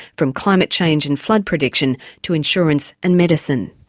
from climate change and flood prediction, to insurance and medicine.